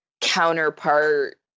counterpart